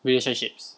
relationships